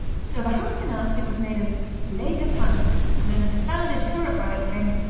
so the host announced it was made of lait de femme and an astounded turophile exclaimed,